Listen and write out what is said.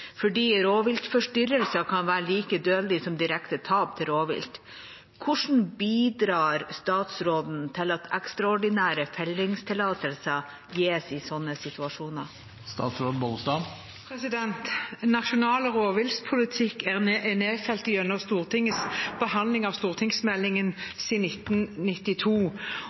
fordi rovviltforstyrrelser kan være like dødelig som direkte tap til rovvilt. Hvordan bidrar statsråden til at ekstraordinære fellingstillatelser gis i slike situasjoner?» Nasjonal rovviltpolitikk er nedfelt gjennom Stortingets behandling av fire stortingsmeldinger siden 1992,